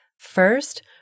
First